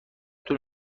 طول